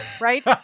right